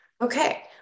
okay